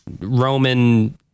Roman